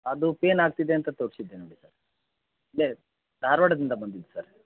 ಅದು ಪೇನ್ ಆಗ್ತಿದೆ ಅಂತ ತೋರಿಸಿದ್ದೆ ನೋಡಿ ಸರ್ ಧಾರವಾಡದಿಂದ ಬಂದಿದ್ದೆ ಸರ್